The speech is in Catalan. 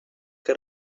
que